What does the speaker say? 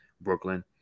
Brooklyn